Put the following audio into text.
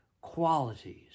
qualities